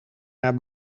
naar